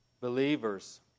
Believers